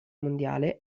mondiale